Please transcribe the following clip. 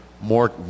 more